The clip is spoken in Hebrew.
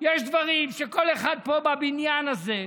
שיש דברים שכל אחד פה בבניין הזה,